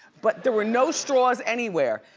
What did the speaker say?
but there were no straws anywhere.